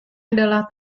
adalah